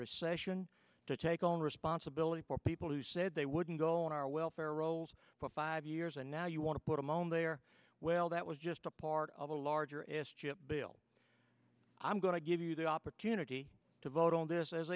recession to take on responsibility for people who said they wouldn't go on our welfare rolls for five years and now you want to put them on there well that was just a part of a larger s chip bill i'm going to give you the opportunity to vote on this